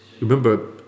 remember